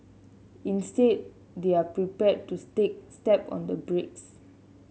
instead they're prepared to step on the brakes